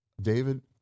David